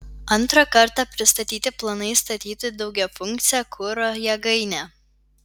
antrą kartą pristatyti planai statyti daugiafunkcę kuro jėgainę